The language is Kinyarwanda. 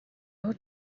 aho